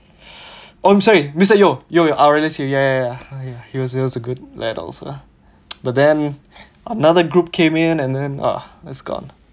I'm sorry mr yeo yeo release you ya ya oh yeah he was he was a good ah but then another group came in and then ah that's gone